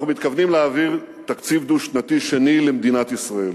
אנחנו מתכוונים להעביר תקציב דו-שנתי שני למדינת ישראל.